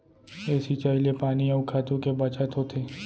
ए सिंचई ले पानी अउ खातू के बचत होथे